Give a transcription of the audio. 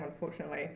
unfortunately